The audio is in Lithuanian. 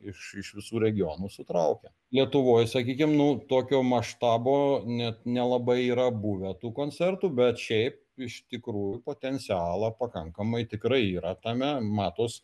iš iš visų regionų sutraukia lietuvoj sakykim nu tokio maštabo net nelabai yra buvę tų koncertų bet šiaip iš tikrųjų potencialo pakankamai tikrai yra tame matos